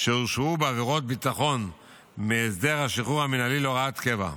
שהורשעו בעבירות ביטחון מהסדר השחרור המינהלי להוראת קבע.